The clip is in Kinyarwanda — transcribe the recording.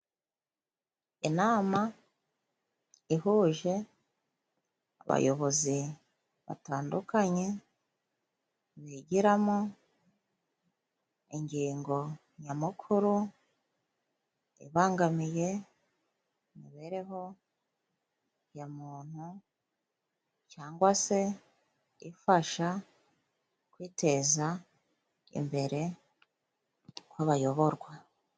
Inama ihuje abayobozi batandukanye bigiramo ingingo nyamukuru, ibangamiye imibereho ya muntu cyangwa se ifasha kwiteza imbere kw'abayoborwa.